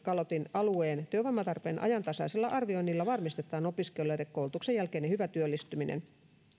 alueen työvoimatarpeen ajantasaisella arvioinnilla varmistetaan opiskelijoiden koulutuksen jälkeinen hyvä työllistyminen